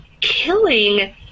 killing